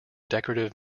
decorative